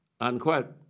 unquote